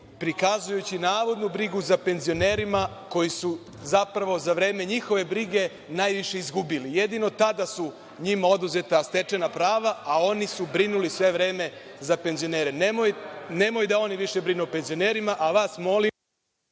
prikazujući navodnu brigu za penzionere koji su zapravo za vreme njihove brige najviše izgubili. Jedino tada su njima oduzeta stečena prava, a oni su brinuli sve vreme za penzionere. Nemoj da oni više brinu o penzionerima, a vas molim